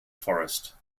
forest